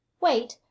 wait